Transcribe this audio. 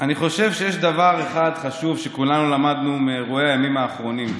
אני חושב שיש דבר אחד חשוב שכולנו למדנו מאירועי הימים האחרונים,